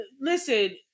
listen